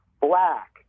black